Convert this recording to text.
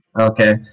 Okay